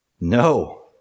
No